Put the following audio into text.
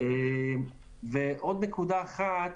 עוד נקודה אחרונה.